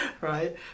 right